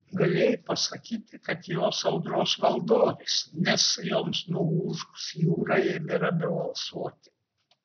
galėjai pasakyti kad jos audros valdovės nes joms nuūžus jūra ėmė ramiau alsuoti